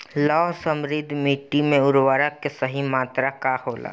लौह समृद्ध मिट्टी में उर्वरक के सही मात्रा का होला?